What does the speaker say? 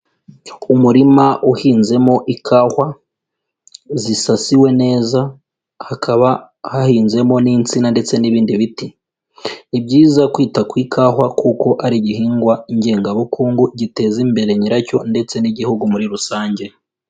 Umurima uhinzemo ikawa zisasiwe neza, hakaba hahinzemo n'insina ndetse n'ibindi biti ni byiza kwita ku ikawa kuko ari igihingwa ngengabukungu giteza imbere nyiracyo ndetse n'igihugu muri rusange.